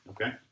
Okay